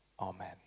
Amen